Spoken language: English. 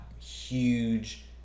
Huge